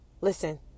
Listen